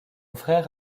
frère